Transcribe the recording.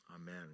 Amen